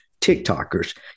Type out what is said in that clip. TikTokers